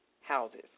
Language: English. houses